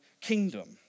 kingdom